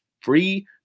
free